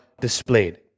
displayed